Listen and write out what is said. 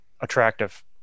attractive